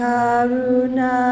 Karuna